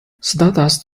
stardust